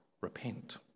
repent